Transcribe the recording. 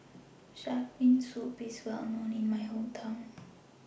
Shark's Fin Soup IS Well known in My Hometown